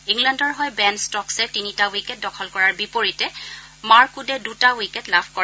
ইংলেণ্ডৰ হৈ বেন িটা উইকেট দখল কৰাৰ বিপৰীতে মাৰ্ক উডে দুটা উইকেট লাভ কৰে